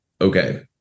okay